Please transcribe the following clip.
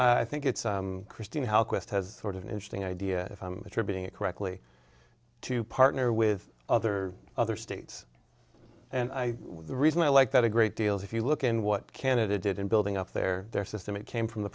will i think it's christine how quest has sort of an interesting idea if i'm attributing it correctly to partner with other other states and i reason i like that a great deal if you look in what canada did in building up their their system it came from the